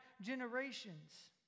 generations